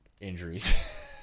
injuries